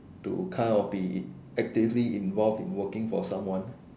to kind of be actively involved in working for someone